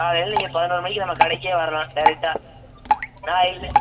காலையில் நீங்கள் பதினொரு மணிக்கு நம்ம கடைக்கே வரலாம் டேரெக்ட்டாக நான் இல்லை